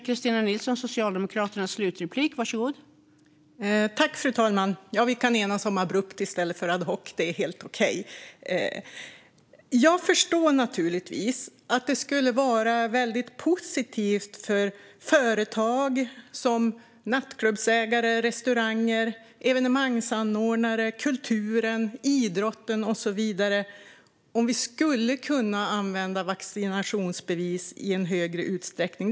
Fru talman! Vi kan enas om "abrupt" i stället för "ad hoc". Det är helt okej. Jag förstår naturligtvis att det skulle vara väldigt positivt för nattklubbar, restauranger, evenemangsanordnare, kultur, idrott och så vidare om vi skulle kunna använda vaccinationsbevis i större utsträckning.